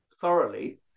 thoroughly